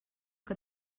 que